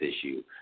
issue